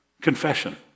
Confession